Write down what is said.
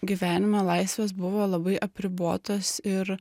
gyvenime laisvės buvo labai apribotos ir